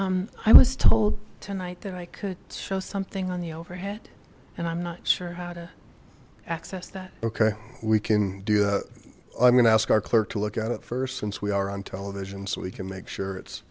um i was told tonight that i could show something on the overhead and i'm not sure how to access that okay we can do that i'm going to ask our clerk to look at it first since we are on television so we can make sure it's